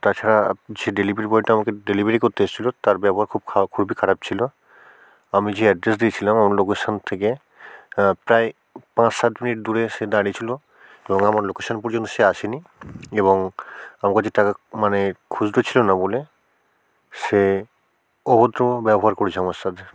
তাছাড়া যে ডেলিভারি বয়টা আমাকে ডেলিভারি করতে এসছিলো তার ব্যবহার খুব খারাপ খুবই খারাপ ছিলো আমি যে অ্যাড্রেস দিয়েছিলাম আমার লোকেশান থেকে প্রায় পাঁচ সাত মিনিট দূরে এসে দাঁড়িয়েছিলো এবং আমার লোকেশান পর্যন্ত সে আসে নি এবং আমার কাছে টাকা মানে খুচরো ছিলো না বলে সে অভদ্র ব্যবহার করেছে আমার সাথে